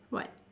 what